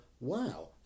wow